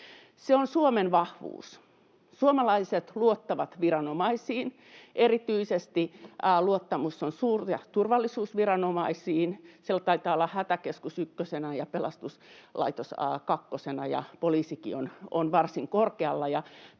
Se on Suomen vahvuus. Suomalaiset luottavat viranomaisiin. Erityisesti luottamus on suurta turvallisuusviranomaisiin — siellä taitaa olla hätäkeskus ykkösenä ja pelastuslaitos kakkosena ja poliisikin varsin korkealla.